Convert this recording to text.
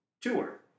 tour